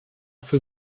für